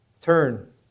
Turn